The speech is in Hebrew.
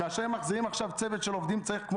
כשהם מחזירים עכשיו צוות של עובדים צריך כמו